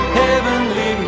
heavenly